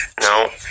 No